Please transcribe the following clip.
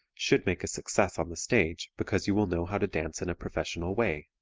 should make a success on the stage because you will know how to dance in a professional way.